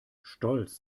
stolz